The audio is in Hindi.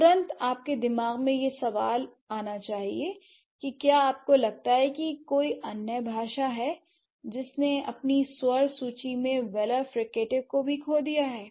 तुरंत आपके दिमाग में यह सवाल आना चाहिए कि क्या आपको लगता है कि कोई अन्य भाषा है जिसने अपनी स्वर सूची से व्लर फ्रीकेटिव को भी खो दिया है